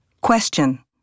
Question